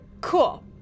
Cool